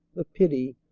the pity,